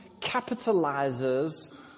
capitalizes